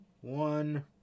one